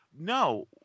no